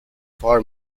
for